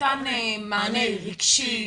ניתן מענה רגשי,